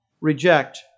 reject